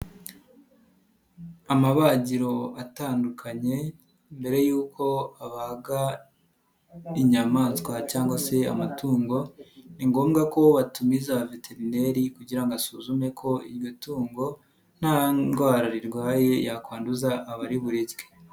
Amabagiro atandukanye mbere yuko abaga inyamaswa cyangwa se amatungo ni ngombwa ko batumiza veterineri kugira ngo asuzume ko iryo tungo nta ndwara rirwaye yakwanduza abari burirye.